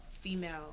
female